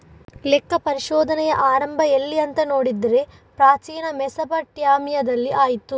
ಲೆಕ್ಕ ಪರಿಶೋಧನೆಯ ಆರಂಭ ಎಲ್ಲಿ ಅಂತ ನೋಡಿದ್ರೆ ಪ್ರಾಚೀನ ಮೆಸೊಪಟ್ಯಾಮಿಯಾದಲ್ಲಿ ಆಯ್ತು